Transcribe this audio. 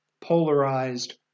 polarized